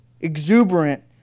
exuberant